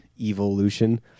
evolution